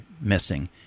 missing